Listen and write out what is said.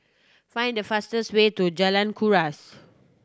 find the fastest way to Jalan Kuras